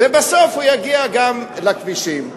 ובסוף הוא יגיע גם לכבישים.